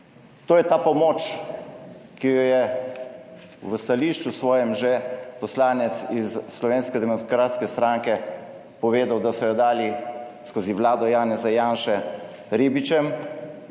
To je ta pomoč, ki jo je v stališču svojem že poslanec iz Slovenske demokratske stranke povedal, da so jo dali skozi vlado Janeza Janše ribičem